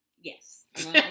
Yes